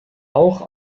auch